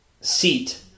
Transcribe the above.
seat